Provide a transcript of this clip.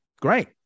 Great